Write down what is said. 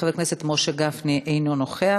חבר הכנסת משה גפני אינו נוכח,